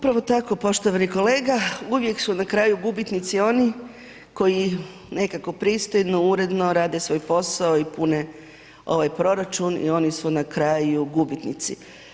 Upravo tako poštovani kolega, uvijek su na kraju gubitnici oni koji nekako pristojno, uredno, rade svoj posao i pune ovaj proračun i oni su na kraju gubitnici.